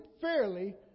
fairly